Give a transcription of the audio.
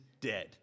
dead